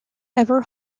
ever